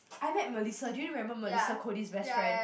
I met Melissa do you remember Melissa Cody's best friend